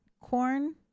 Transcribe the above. corn